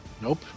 Nope